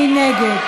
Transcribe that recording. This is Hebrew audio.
מי נגד?